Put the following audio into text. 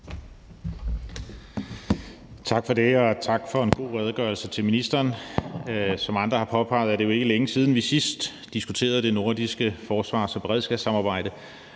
Tak for det, og tak til ministeren for en god redegørelse. Som andre har påpeget, er det jo ikke længe siden, vi sidst diskuterede det nordiske forsvars- og beredskabssamarbejde,